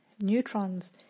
neutrons